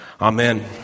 Amen